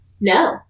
No